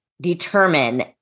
determine